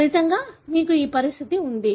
ఫలితంగా మీకు ఈ పరిస్థితి ఉంది